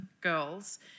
girls